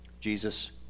Jesus